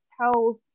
tells